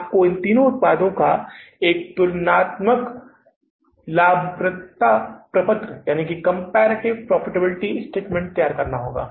आपको इन तीन उत्पादों के लिए एक तुलनात्मक लाभप्रदता प्रपत्र तैयार करना होगा